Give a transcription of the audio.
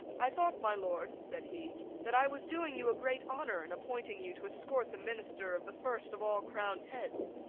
i thought, my lord, said he, that i was doing you a great honour in appointing you to escort the minister of the first of all crowned heads.